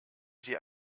sie